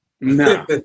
No